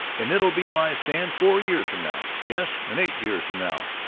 and it'll be my stand four years from now yes, and eight years from now!